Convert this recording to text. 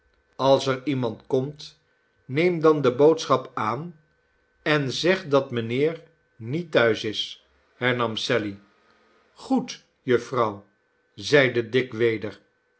als er iemand komt neem dan de boodschap aan en zeg dat mijnheer niet thuis is hernam sally goed jufvrouw zeide dick weder